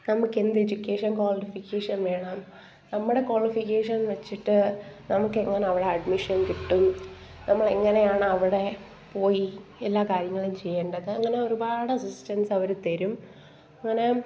നമുക്കെന്ത് education qualification വേണം നമ്മുടെ ക്വാളിഫിക്കേഷൻ വെച്ചിട്ട് നമുക്കെങ്ങനെ അവിടെ അഡ്മിഷൻ കിട്ടും നമ്മളെങ്ങനെയാണവിടെ പോയി എല്ലാ കാര്യങ്ങളും ചെയ്യേണ്ടത് അങ്ങനെ ഒരുപാട് അസ്സിസ്റ്റൻസ് അവർ തരും അങ്ങനെ